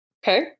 okay